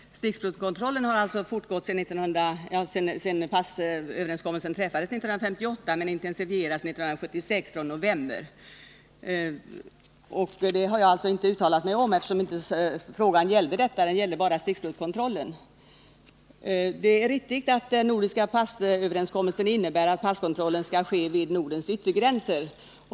Stickprovskontrollen har fortgått sedan överenskommelsen träffades 1958, men den intensifierades från november 1976. Carl Lidboms fråga gällde bara stickprovskontrollen, och jag har därför bara uttalat mig om den. Det är riktigt att den nordiska passöverenskommelsen innebär att passkontrollen skall ske vid Nordens yttergränser.